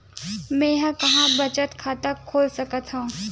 मेंहा कहां बचत खाता खोल सकथव?